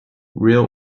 real